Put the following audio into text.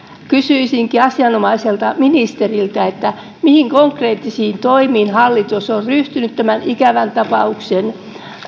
kysyisinkin asianomaiselta ministeriltä mihin konkreettisiin toimiin hallitus on ryhtynyt tämän ikävän tapauksen